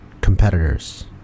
Competitors